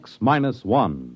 X-Minus-One